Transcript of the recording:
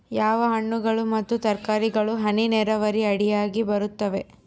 ಯಾವ ಹಣ್ಣುಗಳು ಮತ್ತು ತರಕಾರಿಗಳು ಹನಿ ನೇರಾವರಿ ಅಡಿಯಾಗ ಬರುತ್ತವೆ?